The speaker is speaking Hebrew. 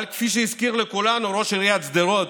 אבל כפי שהזכיר לכולנו ראש עיריית שדרות,